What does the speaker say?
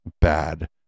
bad